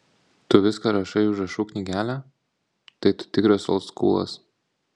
tu viską rašai į užrašų knygelę tai tu tikras oldskūlas